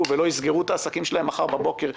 ולא יסגרו את העסקים שלהם מחר בבוקר,